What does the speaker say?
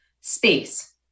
space